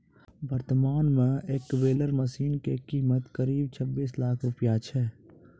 वर्तमान मॅ एक बेलर मशीन के कीमत करीब छब्बीस लाख रूपया छै